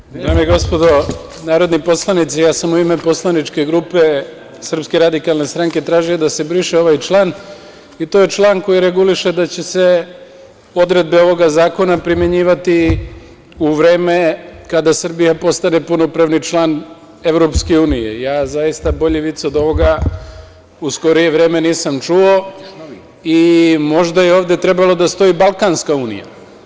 NEMANjA ŠAROVIĆ: Dame i gospodo narodni poslanici, ja sam u ime poslaničke grupe SRS tražio da se briše ovaj član i to je član koji reguliše da će se odredbe ovoga zakona primenjivati u vreme kada Srbija postane punopravni član EU i ja zaista bolji vic od ovoga u skorije vreme nisam čuo i možda je ovde trebalo da stoji balkanska unija.